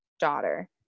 daughter